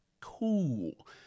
Cool